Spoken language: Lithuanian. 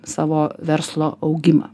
savo verslo augimą